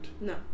No